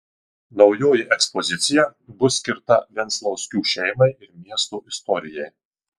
naujoji ekspozicija bus skirta venclauskių šeimai ir miesto istorijai